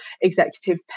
executive